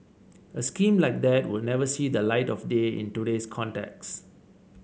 a scheme like that would never see the light of day in today's context